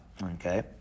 Okay